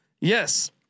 Yes